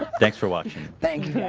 thanks for watching thank